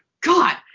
God